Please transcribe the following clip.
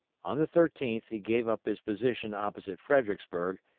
on the thirteenth he gave up his position opposite fredericksburg,